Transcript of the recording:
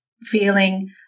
feeling